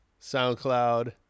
soundcloud